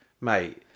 Mate